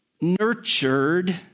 nurtured